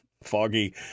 foggy